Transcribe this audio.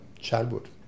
childhood